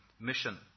mission